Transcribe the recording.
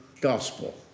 gospel